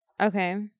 Okay